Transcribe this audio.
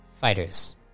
fighters